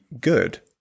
good